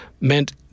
meant